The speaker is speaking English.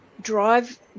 drive